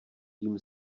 tím